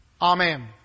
Amen